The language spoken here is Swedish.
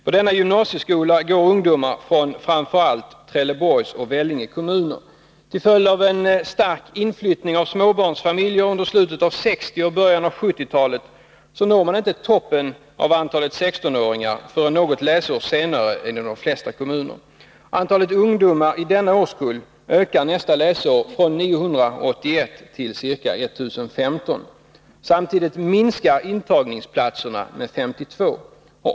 På gymnasieskolan går ungdomar från framför allt Trelleborgs och Vellinge kommuner. Till följd av stark inflyttning av småbarnsfamiljer under slutet av 1960 och början av 1970-talet når man där inte toppen i fråga om antalet 16-åringar förrän något läsår senare än i de flesta andra kommuner. Antalet ungdomar i denna årskull ökar nästa läsår från 981 till ca 1 015. Samtidigt minskar antalet intagningsplatser med 52.